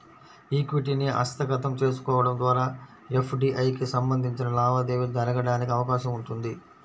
ఈక్విటీని హస్తగతం చేసుకోవడం ద్వారా ఎఫ్డీఐకి సంబంధించిన లావాదేవీ జరగడానికి అవకాశం ఉంటుంది